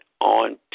on